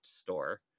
store